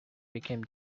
became